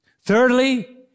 Thirdly